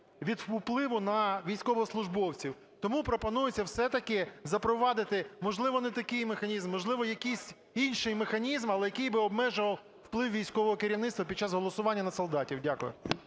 від впливу на військовослужбовців. Тому пропонується, все-таки, запровадити, можливо, не такий механізм, можливо, якийсь інший механізм, але який би обмежував вплив військового керівництва під час голосування на солдатів. Дякую.